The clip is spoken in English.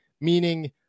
meaning